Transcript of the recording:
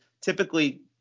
typically